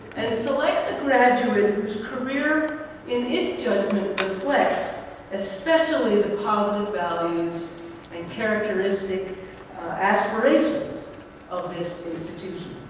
and selects a graduate whose career in its judgement reflects especially the positive values and characteristic aspirations of this institution.